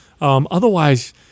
Otherwise